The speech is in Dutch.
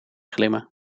glimmen